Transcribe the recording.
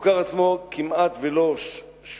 הסוכר עצמו כמעט לא שונה,